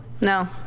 No